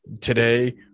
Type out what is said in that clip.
today